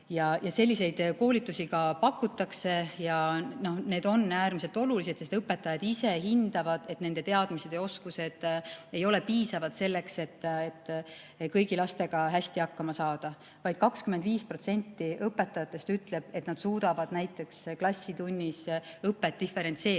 Selliseid koolitusi ka pakutakse ja need on äärmiselt olulised, sest õpetajad ise hindavad, et nende teadmised ja oskused ei ole piisavad selleks, et kõigi lastega hästi hakkama saada. Vaid 25% õpetajatest ütleb, et nad suudavad näiteks klassitunnis õpet diferentseerida.